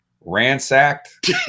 ransacked